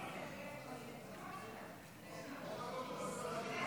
שלוש